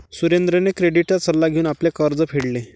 सुरेंद्रने क्रेडिटचा सल्ला घेऊन आपले कर्ज फेडले